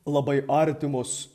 labai artimos